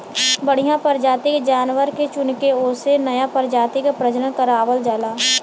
बढ़िया परजाति के जानवर के चुनके ओसे नया परजाति क प्रजनन करवावल जाला